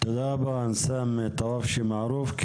תודה רבה אנסאם טופאשי מערוף.